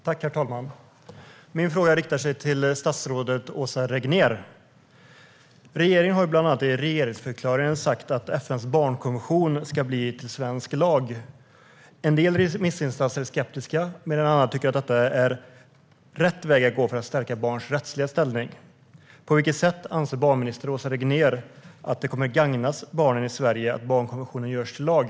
Herr talman! Min fråga riktar sig till statsrådet Åsa Regnér. Regeringen har bland annat i regeringsförklaringen sagt att FN:s barnkonvention ska bli till svensk lag. En del remissinstanser är skeptiska, medan andra tycker att detta är rätt väg att gå för att stärka barns rättsliga ställning. På vilket sätt anser barnminister Åsa Regnér att det kommer att gagna barnen i Sverige att barnkonventionen görs till lag?